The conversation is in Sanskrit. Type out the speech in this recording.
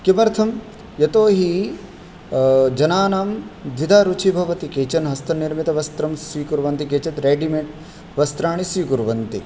किमर्थं यतोहि जनानां द्विधा रुचिः भवति केचन हस्तनिर्मितवस्त्रं स्वीकुर्वन्ति केचित् रेडिमेड् वस्त्राणि स्वीकुर्वन्ति